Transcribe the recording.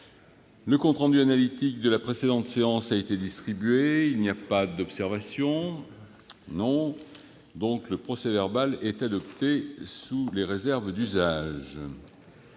Le compte rendu analytique de la précédente séance a été distribué. Il n'y a pas d'observation ?... Le procès-verbal est adopté sous les réserves d'usage.